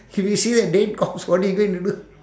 if he see the dead corpse what he going to do